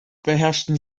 beherrschten